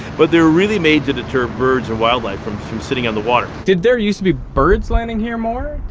but, they were really made to deter birds and wildlife from from sitting on the water. did there used to be birds landing here more?